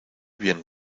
bien